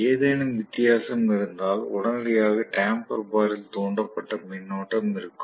ஏதேனும் வித்தியாசம் இருந்தால் உடனடியாக டம்பர் பாரில் தூண்டப்பட்ட மின்னோட்டம் இருக்கும்